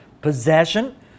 possession